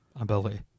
ability